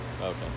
Okay